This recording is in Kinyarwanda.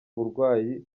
burwayi